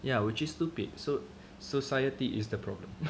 ya which is stupid so society is the problem